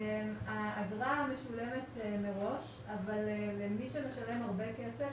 האגרה משולמת מראש אבל למי שמשלם הרבה כסף